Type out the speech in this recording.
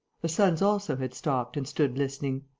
the sons also had stopped and stood listening.